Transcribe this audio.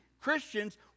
christians